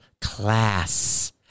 class